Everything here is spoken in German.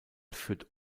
führt